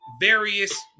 various